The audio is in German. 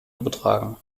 übertragen